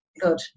good